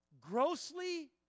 grossly